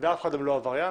ואף אחד לא עבריין,